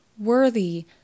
worthy